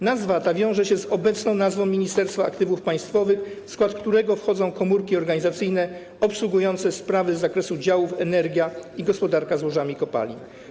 Nazwa ta wiąże się z obecną nazwą ministerstwa: Ministerstwo Aktywów Państwowych, w którego skład wchodzą komórki organizacyjne obsługujące sprawy z zakresu działów energia i gospodarka złożami kopalin.